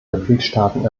mitgliedstaaten